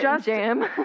jam